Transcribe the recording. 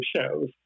shows